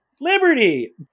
liberty